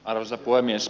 arvoisa puhemies